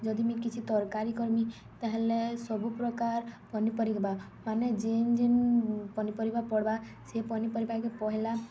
ଯଦି ମୁଇଁ କିଛି ତର୍କାରୀ କର୍ମି ତାହେଲେ ସବୁ ପ୍ରକାର୍ ପନିପରିବା ମାନେ ଯେନ୍ ଯେନ୍ ପନିପରିବା ପଡ଼୍ବା ସେ ପନିପରିବାକେ ପହେଲା